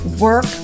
work